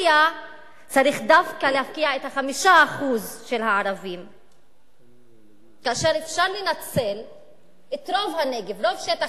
מפקיעים מהערבים כדי לנשל את הערבים לפעמים.